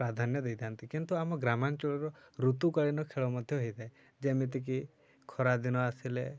ପ୍ରାଧାନ୍ୟ ଦେଇଥାନ୍ତି କିନ୍ତୁ ଆମ ଗ୍ରାମାଞ୍ଚଳର ଋତୁକାଳୀନ ଖେଳ ମଧ୍ୟ ହେଇଥାଏ ଯେମିତିକି ଖରାଦିନ ଆସିଲେ